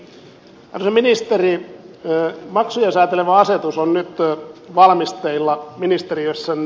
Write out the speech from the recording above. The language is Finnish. arvoisa ministeri maksuja säätelevä asetus on nyt valmisteilla ministeriössänne